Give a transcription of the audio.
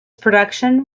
production